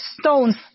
stones